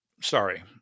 sorry